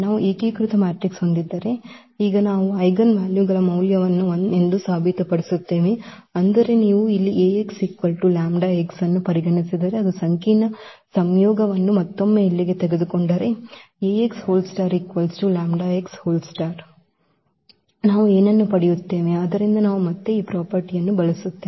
ನಾವು ಏಕೀಕೃತ ಮ್ಯಾಟ್ರಿಕ್ಸ್ ಹೊಂದಿದ್ದರೆ ಈಗ ನಾವು ಐಜೆನ್ವಾಲ್ಯುಗಳ ಮೌಲ್ಯವನ್ನು 1 ಎಂದು ಸಾಬೀತುಪಡಿಸುತ್ತೇವೆ ಅಂದರೆ ನೀವು ಇಲ್ಲಿ Ax λx ಅನ್ನು ಪರಿಗಣಿಸಿದರೆ ಮತ್ತು ಸಂಕೀರ್ಣ ಸಂಯೋಗವನ್ನು ಮತ್ತೊಮ್ಮೆ ಇಲ್ಲಿಗೆ ತೆಗೆದುಕೊಂಡರೆ ನಾವು ಏನನ್ನು ಪಡೆಯುತ್ತೇವೆ ಆದ್ದರಿಂದ ನಾವು ಮತ್ತೆ ಈ ಪ್ರಾಪರ್ಟಿಯನ್ನು ಬಳಸುತ್ತೇವೆ